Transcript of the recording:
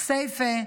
כסייפה,